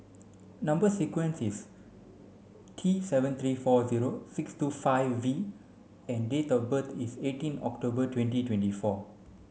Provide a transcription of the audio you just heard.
number sequence is T seven three four zero six two five V and date of birth is eighteen October twenty twenty four